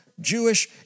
Jewish